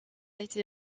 été